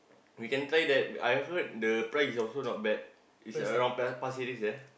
we can try that I heard the price is also not bad is around Pasir-Ris there